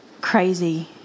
crazy